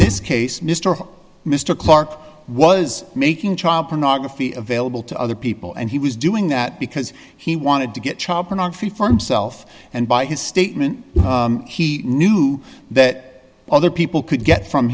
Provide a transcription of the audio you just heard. this case mr mr clarke was making child pornography available to other people and he was doing that because he wanted to get child pornography form self and by his statement he knew that other people could get from